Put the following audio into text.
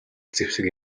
зэвсэг